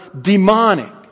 demonic